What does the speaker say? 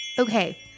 Okay